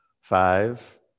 Five